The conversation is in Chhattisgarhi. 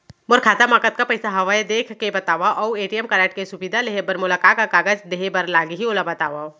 मोर खाता मा कतका पइसा हवये देख के बतावव अऊ ए.टी.एम कारड के सुविधा लेहे बर मोला का का कागज देहे बर लागही ओला बतावव?